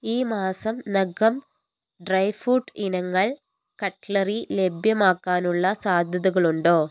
ഈ മാസം നഗം ഡ്രൈ ഫ്രൂട്ട് ഇനങ്ങൾ കട്ട്ലറി ലഭ്യമാക്കാനുള്ള സാധ്യതകളുണ്ടോ